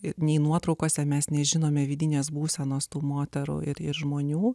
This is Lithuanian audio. ir nei nuotraukose mes nežinome vidinės būsenos tų moterų ir ir žmonių